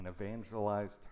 evangelized